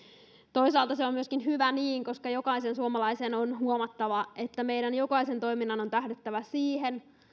toisaalta se on myöskin hyvä niin koska jokaisen suomalaisen on huomattava että meidän jokaisen toiminnan on tähdättävä siihen